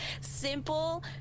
simple